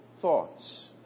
thoughts